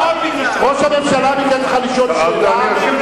ראש הממשלה ביקש ממך לשאול שאלה.